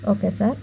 okay sir